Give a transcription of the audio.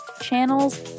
channels